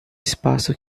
espaço